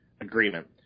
agreement